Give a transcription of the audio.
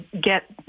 get